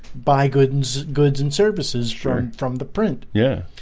buy goods goods and services fern from the print yeah,